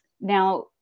Now